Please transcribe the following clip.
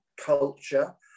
culture